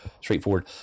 straightforward